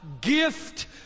gift